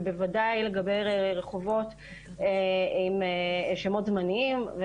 ובוודאי לגבי רחובות עם שמות זמניים.